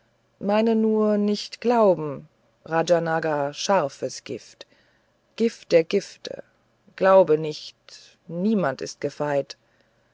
meine nur nicht glauben rajanaga scharf gift gift der gifte glaube nicht niemand nicht gefeit